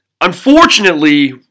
unfortunately